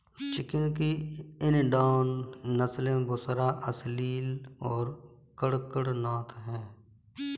chicken की Indian नस्लें बुसरा, असील और कड़कनाथ हैं